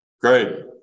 Great